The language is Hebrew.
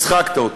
הצחקת אותי.